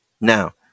Now